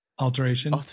Alteration